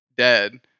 dead